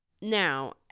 Now